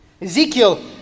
Ezekiel